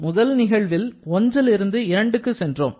முதல் நிகழ்வில் 1 ல் இருந்து 2 க்கு சென்றோம்